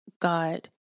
God